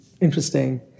interesting